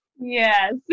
Yes